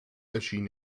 erschien